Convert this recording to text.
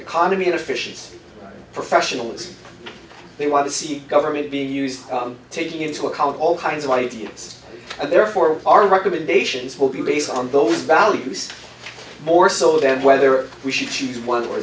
economy officials professionals they want to see government be used to taking into account all kinds of ideas and therefore our recommendations will be based on those values more so than whether we should choose one or